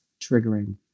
triggering